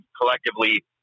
collectively